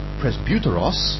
presbyteros